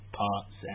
parts